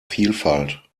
vielfalt